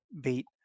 beat